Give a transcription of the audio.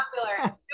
popular